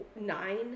nine